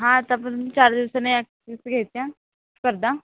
हा आता आपण चार दिवसांनी स्पर्धा